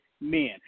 men